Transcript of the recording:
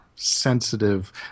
sensitive